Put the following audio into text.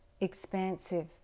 expansive